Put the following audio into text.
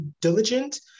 diligent